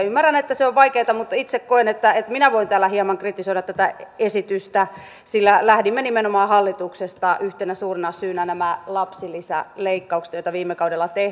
ymmärrän että se on vaikeata mutta itse koen että minä voin täällä hieman kritisoida tätä esitystä sillä lähdimme hallituksesta yhtenä suurena syynä nimenomaan nämä lapsilisäleikkaukset joita viime kaudella tehtiin